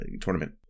tournament